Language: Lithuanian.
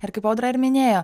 ir kaip audra ir minėjo